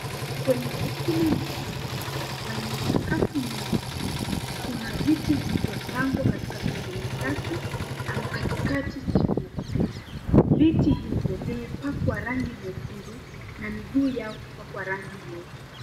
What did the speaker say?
Kwenye ukumbi mkuu wenye sakafu nyeusi kuna viti vilivyopangwa katika sehemu tatu ama katikati sehemu ya kupita. Viti hivyo vimepakwa rangi nyekundu na miguu yao kupakwa rangi nyeusi.